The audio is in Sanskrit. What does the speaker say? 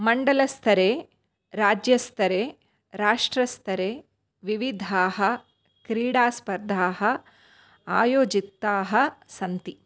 मण्डलस्तरे राज्यस्तरे राष्ट्रस्तरे विविधाः क्रीडास्पर्धाः आयोजिताः सन्ति